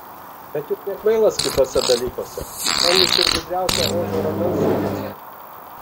bet juk nekvailas kituose dalykuose ten jis ir gudriausią ožio ragan suriestų